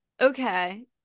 okay